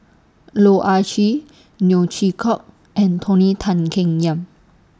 Loh Ah Chee Neo Chwee Kok and Tony Tan Keng Yam